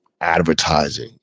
advertising